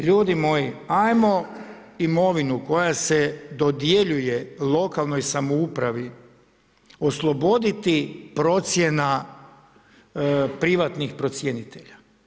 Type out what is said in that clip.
Ljudi moji, hajmo imovinu koja se dodjeljuje lokalnoj samoupravi osloboditi procjena privatnih procjenitelja.